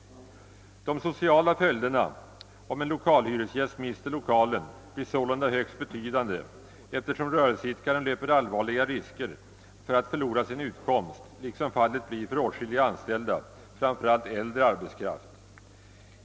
De sociala följderna om en lokalhyresgäst mister lokalen blir sålunda högst betydande, eftersom rörel seidkaren löper allvarliga risker att förlora sin utkomst, liksom fallet blir för åtskilliga anställda, framför allt äldre arbetskraft.